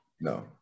no